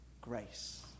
Grace